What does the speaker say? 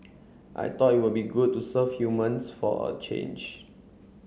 I thought it would be good to serve humans for a change